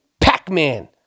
Pac-Man